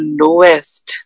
lowest